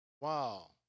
Wow